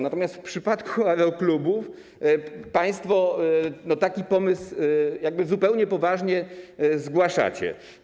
Natomiast w przypadku aeroklubów państwo taki pomysł zupełnie poważnie zgłaszacie.